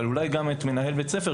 אבל אולי גם את מנהל בית הספר,